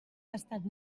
tastat